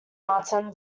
martin